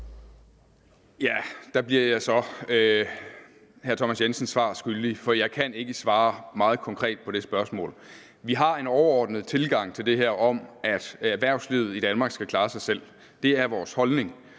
Ja, der bliver jeg så hr. Thomas Jensen svar skyldig, for jeg kan ikke svare meget konkret på det spørgsmål. Vi har en overordnet tilgang til det her om, at erhvervslivet i Danmark skal klare sig selv. Det er vores holdning,